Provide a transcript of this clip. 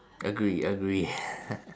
agree agree